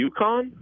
UConn